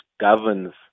governs